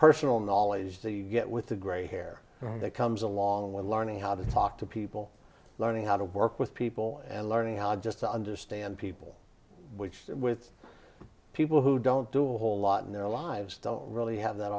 personal knowledge that you get with the grey hair that comes along with learning how to talk to people learning how to work with people and learning how just to understand people which with people who don't do whole lot in their lives don't really have that